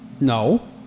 No